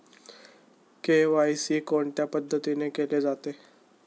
KYC कोणत्या पद्धतीने केले जाते?